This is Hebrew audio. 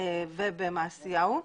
בבאר-שבע וב"מעשיהו".